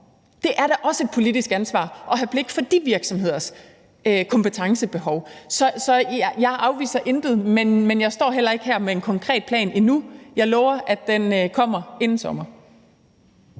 Det er da også et politisk ansvar at have blik for de virksomheders kompetencebehov. Så jeg afviser intet, men jeg står heller ikke her med en konkret plan endnu, men jeg lover, at den kommer inden sommer.